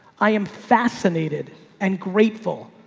i am fascinated and grateful.